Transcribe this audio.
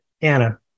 Anna